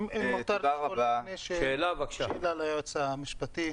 אם אפשר לשאול את היועץ המשפטי.